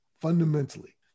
fundamentally